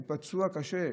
הוא פצוע קשה,